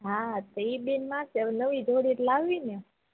હા તે ઇ બેને મારશે હવે નવી જોળિતો લાવવીને